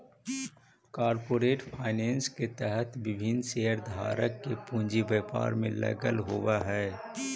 corporate finance के तहत विभिन्न शेयरधारक के पूंजी व्यापार में लगल होवऽ हइ